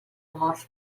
morts